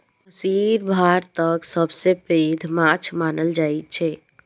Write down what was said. महसीर भारतक सबसं पैघ माछ मानल जाइ छै